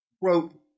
wrote